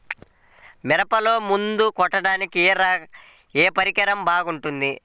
మిరపలో మందు కొట్టాడానికి ఏ పరికరం బాగుంటుంది?